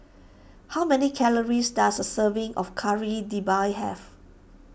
how many calories does a serving of Kari Debal have